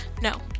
No